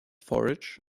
forage